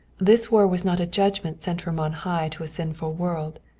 this war was not a judgment sent from on high to a sinful world.